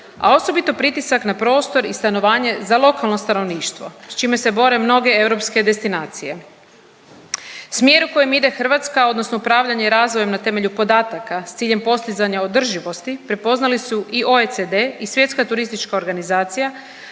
a osobito pritisak na prostor i stanovanje za lokalno stanovništvo, s čime se bore mnoge europske destinacije. Smjer u kojem ide Hrvatska odnosno upravljanje razvojem na temelju podataka s ciljem postizanja održivosti prepoznali su i OECD i Svjetska turistička organizacija